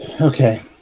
Okay